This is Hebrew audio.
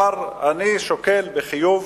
הוא אמר: אני שוקל בחיוב